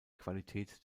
qualität